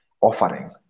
offering